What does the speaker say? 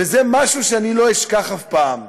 וזה משהו שאני לא אשכח אף פעם.